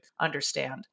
understand